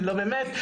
לא באמת,